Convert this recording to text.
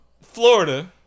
Florida